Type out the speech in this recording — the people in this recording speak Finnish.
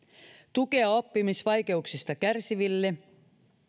tukea oppimisvaikeuksista kärsiville